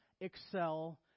excel